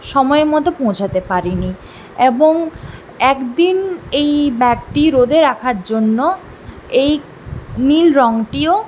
সময় মতো পৌঁছাতে পারিনি এবং একদিন এই ব্যাগটি রোদে রাখার জন্য এই নীল রংটিও